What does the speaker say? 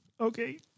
Okay